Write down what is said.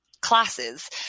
classes